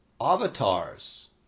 avatars